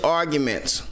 arguments